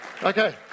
Okay